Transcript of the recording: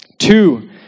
Two